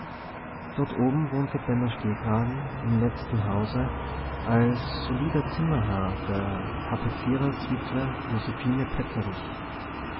dort oben wohnte benno stehkragen im letzten hause als solider zimmerherr der tapeziererswitwe